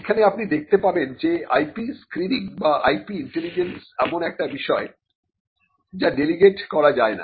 এখানে আপনি দেখতে পাবেন যে IP স্ক্রিনিং বা IP ইন্টেলিজেন্স এমন একটি বিষয় যা ডেলিগেট করা যায় না